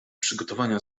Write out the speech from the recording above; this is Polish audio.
przygotowania